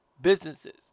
businesses